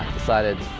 decided.